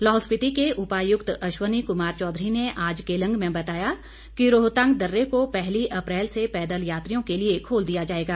लाहौल स्पीति के उपायुक्त अश्वनी कुमार चौधरी ने आज केलंग में बताया कि रोहतांग दर्रे को पहली अप्रैल से पैदल यात्रियों के लिए खोल दिया जाएगा